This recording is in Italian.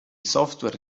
software